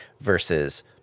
versus